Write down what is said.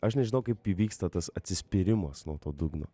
aš nežinau kaip įvyksta tas atsispyrimas nuo to dugno